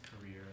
career